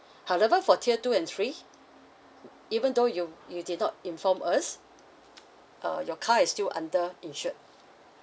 however for tier two and three even though you you did not inform us uh your car is still under insured